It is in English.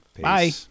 Bye